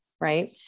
right